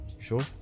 Sure